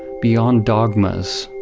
beyond dogmas,